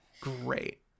Great